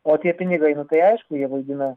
o tie pinigai nu tai aišku jie vaidina